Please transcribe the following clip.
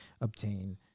obtain